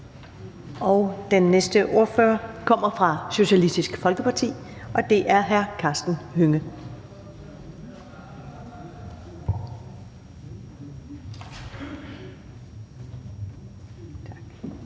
Den næste ordfører kommer fra Socialistisk Folkeparti, og det er hr. Karsten Hønge.